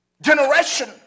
generation